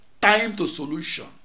time-to-solution